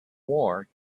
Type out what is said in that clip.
war